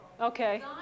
Okay